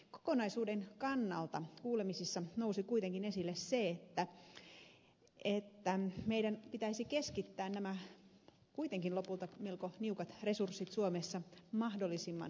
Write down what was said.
kokonaisuuden kannalta kuulemisissa nousi kuitenkin esille se että meidän pitäisi keskittää nämä kuitenkin lopulta melko niukat resurssit suomessa mahdollisimman tehokkaasti